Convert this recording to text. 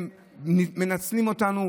שהם מנצלים אותנו?